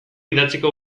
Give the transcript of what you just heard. idatziko